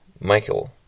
Michael